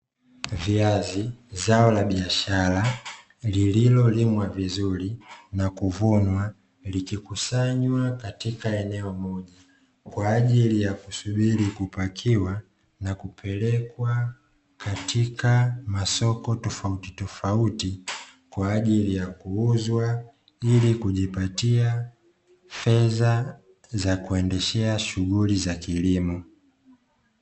Viazi zao la biashara lililolimwa vizuri, na kuvunwa likikusanywa katika eneo moja, kwa ajili ya kusubiri kupakiwa na kupelekwa katika masoko tofautitofauti, kwa ajili ya kuuzwa ili kujipatia fedha za kuendeshea shughuli za kilimo.